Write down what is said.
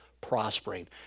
prospering